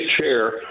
chair